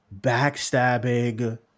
backstabbing